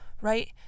right